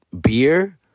beer